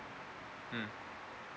mm